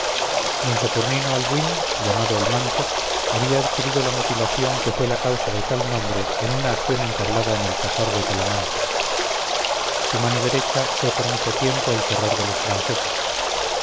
don saturnino albuín llamado el manco había adquirido la mutilación que fue causa de tal nombre en una acción entablada en el casar de talamanca su mano derecha fue por mucho tiempo el terror de los franceses